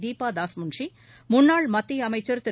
தீபா தாஸ் முன்ஷி முன்னாள் மத்திய அமைச்சர் திரு